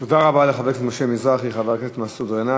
תודה רבה לחבר הכנסת משה מזרחי.